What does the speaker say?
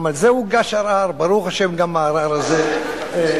גם על זה הוגש ערר, ברוך השם, גם הערר הזה הוסר,